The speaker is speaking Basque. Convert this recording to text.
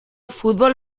futbol